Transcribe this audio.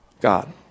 God